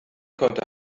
konnte